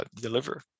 deliver